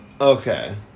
Okay